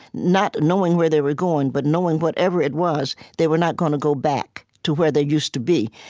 not knowing where they were going, but knowing, whatever it was, they were not gonna go back to where they used to be.